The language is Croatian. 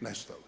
nestale.